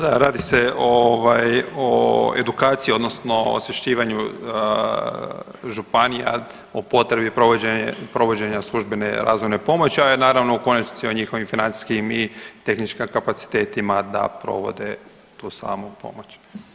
Da, radi se ovaj o edukaciji odnosno osvješćivanju županija o potrebi provođenja službene razvojne pomoći, a naravno u konačnici o njihovim financijskim i tehničkim kapacitetima da provode tu samu pomoć.